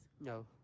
No